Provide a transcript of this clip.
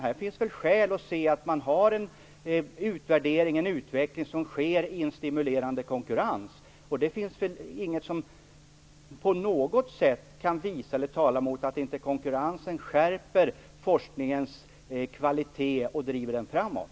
Här finns det skäl att se till att man har en utveckling som sker i en stimulerande konkurrens. Det finns inget som på något sätt talar emot att konkurrensen skärper forskningens kvalitet och driver den framåt.